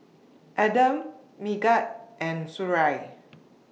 Adam Megat and Suria